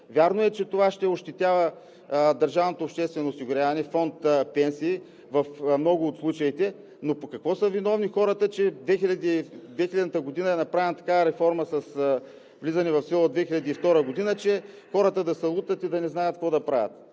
Вярно е, че това ще ощетява държавното обществено осигуряване, Фонд „Пенсии“ в много от случаите, но какво са виновни хората, че през 2000 г. е направена такава реформа с влизане в сила от 2002 г., че хората да се лутат и да не знаят какво да правят,